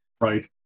Right